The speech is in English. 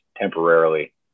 temporarily